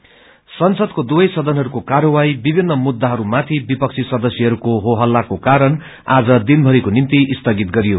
session संसदको दुवै सदनहरूमा कार्यवाही विभिन्न मुद्दाहरूमाथि विपक्षी सदस्यहरूको हो छल्लाको कारण आज दिनमरिको निम्ति स्यागित गरियो